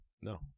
no